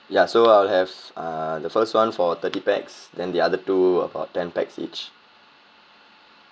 ya so I'll have uh the first one for thirty pax then the other two about ten pax each